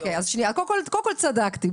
קודם כל צדקתי,